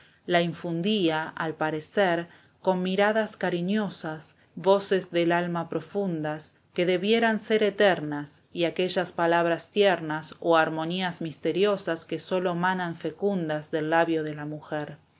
la infundía al parecer con miradas cariñosas voces del alma profundas que debieran ser eternas y aquellas palabras tiernas o armonías misteriosas que sólo manan fecundas del labio de la mujer